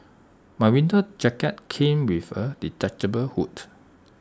my winter jacket came with A detachable hood